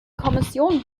kommission